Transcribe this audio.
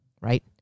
right